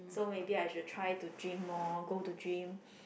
so maybe I should try to gym more go to gym